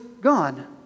gone